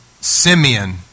Simeon